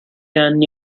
anni